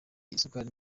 isukari